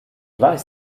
weiß